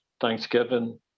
Thanksgiving